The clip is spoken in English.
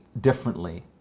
differently